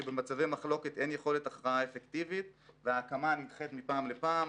שבמצבי מחלוקת אין יכולת הכרעה אפקטיבית וההקמה נדחית מפעם לפעם.